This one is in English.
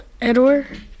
Edward